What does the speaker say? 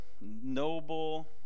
noble